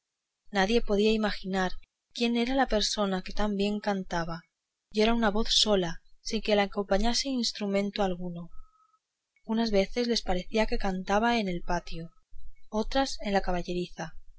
nadie podía imaginar quién era la persona que tan bien cantaba y era una voz sola sin que la acompañase instrumento alguno unas veces les parecía que cantaban en el patio otras que en la caballeriza